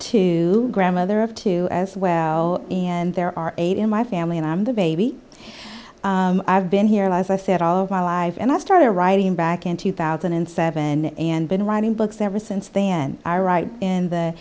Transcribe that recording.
two grandmother of two as well and there are eight in my family and i'm the baby i've been here lies i set all of my life and i started writing back in two thousand and seven and been writing books ever since then i write in the